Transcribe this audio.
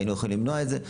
היינו יכולים למנוע את זה,